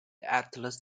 atlas